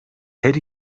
her